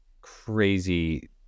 crazy